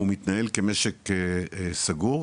הוא מתנהל כמשק סגור,